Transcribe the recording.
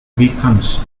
beckons